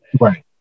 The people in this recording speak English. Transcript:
Right